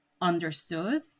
understood